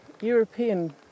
European